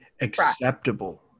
acceptable